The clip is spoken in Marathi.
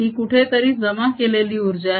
ही कुठेतरी जमा केलेली उर्जा आहे